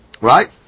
right